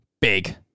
big